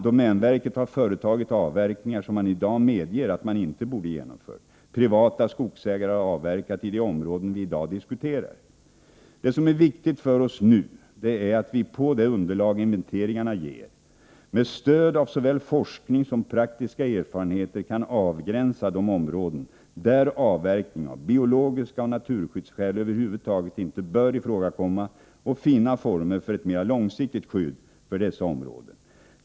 Domänverket har företagit avverkningar som man i dag medger att man inte borde ha genomfört. Privata skogsägare har avverkat i de områden vi i dag diskuterar. Det som är viktigt för oss nu är att vi på det underlag inventeringarna ger med stöd av såväl forskning som praktiska erfarenheter kan avgränsa de områden där avverkning av biologiska skäl och naturskyddsskäl över huvud taget inte bör ifrågakomma och finna former för ett mera långsiktigt skydd för dessa områden.